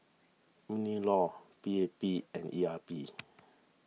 MinLaw P A P and E R P